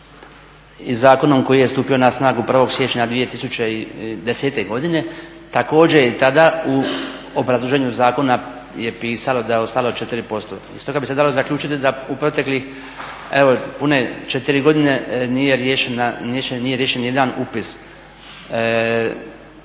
i zakonom koji je stupio na snagu 1. siječnja 2010. godine također je i tada u obrazloženju zakona je pisalo da je ostalo 4%. Iz toga bi se dalo zaključiti da u proteklih, evo pune 4 godine nije riješen niti jedan upis